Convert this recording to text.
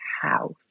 house